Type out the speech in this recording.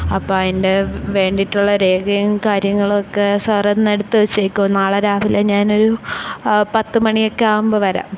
അപ്പം അതിന്റെ വേണ്ടിയിട്ടുള്ള രേഖയും കാര്യങ്ങളുമൊക്കെ സാറൊന്നെടുത്ത് വെച്ചേക്കുമോ നാളെ രാവിലെ ഞാനൊരു പത്ത് മണിയൊക്കെ ആവുമ്പം വരാം